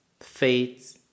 faith